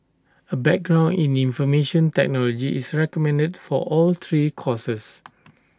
A background in information technology is recommended for all three courses